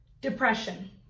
Depression